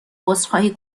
عذرخواهی